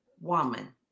woman